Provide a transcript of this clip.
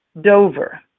Dover